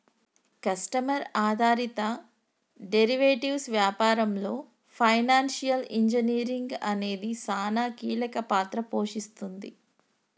customer ఆధారిత derivatives వ్యాపారంలో financial engineering అనేది సానా కీలక పాత్ర పోషిస్తుంది